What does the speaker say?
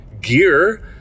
gear